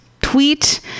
tweet